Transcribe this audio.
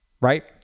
right